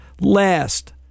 Last